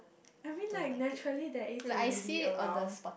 I mean like naturally there is already around